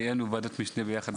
תהיה לנו ועדת משנה ביחד.